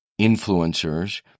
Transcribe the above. influencers